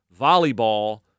volleyball